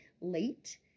late